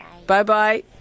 Bye-bye